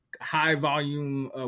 high-volume